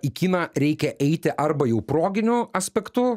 į kiną reikia eiti arba jau proginiu aspektu